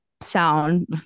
sound